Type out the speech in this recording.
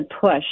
push